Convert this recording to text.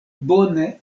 bone